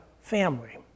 family